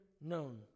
known